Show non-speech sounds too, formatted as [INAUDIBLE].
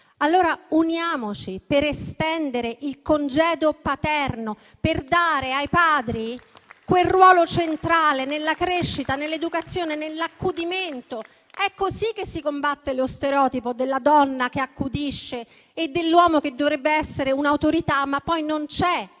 allora uniamoci per estendere il congedo parentale, per dare ai padri un ruolo centrale nella crescita, nell'educazione e nell'accudimento. [APPLAUSE] È così che si combatte lo stereotipo della donna che accudisce e dell'uomo che dovrebbe essere un'autorità, ma poi non c'è